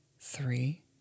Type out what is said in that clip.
three